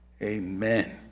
Amen